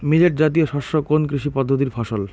Millet জাতীয় শস্য কোন কৃষি পদ্ধতির ফসল?